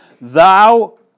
Thou